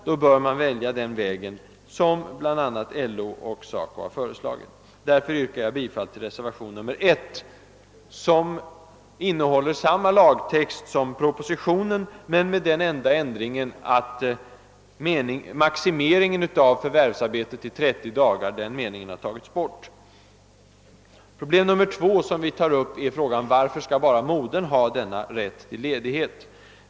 Då bör man välja denna väg, som också bl.a. LO och SACO har föreslagit. Därför yrkar jag bifall till reservation I, som innehåller samma lagtext som propositionen, med den enda ändringen att den mening, som avser maximering av förvärvsarbetet till 30 dagar, har tagits bort. Problem nummer 2 som vi tar upp, är frågan varför bara modern skall ha denna rätt till ledighet.